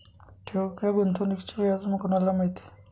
ठेव किंवा गुंतवणूकीचे व्याज कोणाला मिळते?